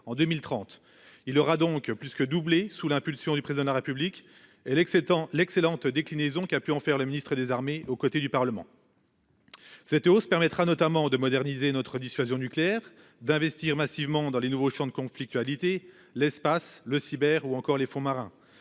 en 2030. Il aura donc plus que doublé, sous l'impulsion du président de la République et l'ex-étant l'excellente déclinaison qui a pu en faire, le ministre des armées, aux côtés du Parlement. Cette hausse permettra notamment de moderniser notre dissuasion nucléaire d'investir massivement dans les nouveaux champs de conflictualité l'espace le cyber ou encore les fonds marins